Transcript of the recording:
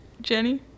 Jenny